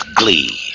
glee